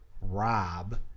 Rob